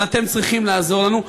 אבל אתם צריכים לעזור לנו,